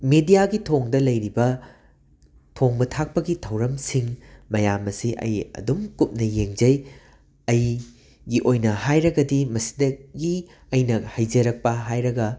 ꯃꯦꯗ꯭ꯌꯥꯒꯤ ꯊꯣꯡꯗ ꯂꯩꯔꯤꯕ ꯊꯣꯡꯕ ꯊꯥꯛꯄꯒꯤ ꯊꯧꯔꯝꯁꯤꯡ ꯃꯌꯥꯝ ꯑꯁꯤ ꯑꯩ ꯑꯗꯨꯝ ꯀꯨꯞꯅ ꯌꯦꯡꯖꯩ ꯑꯩꯒꯤ ꯑꯣꯏꯅ ꯍꯥꯏꯔꯒꯗꯤ ꯃꯁꯤꯗꯒꯤ ꯑꯩꯅ ꯍꯩꯖꯔꯛꯄ ꯍꯥꯏꯔꯒ